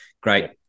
great